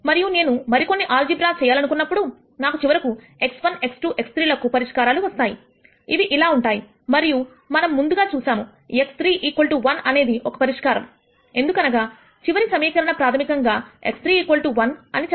మరియు నేను మరికొన్ని ఆల్జీబ్రా చేయాలనుకున్నప్పుడు నాకు చివరకు x1 x2 x3 లకు పరిష్కారాలు వస్తాయి ఇవి ఇలా ఉంటాయి మరియు మనం ముందుగా చూశాము x3 1అనేది ఒక పరిష్కారం ఎందుకనగా చివరి సమీకరణ ప్రాథమికంగా x3 1 అని చెప్పబడింది